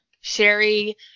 Sherry